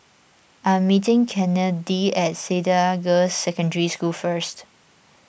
I am meeting Kennedi at Cedar Girls' Secondary School first